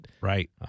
right